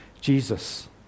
Jesus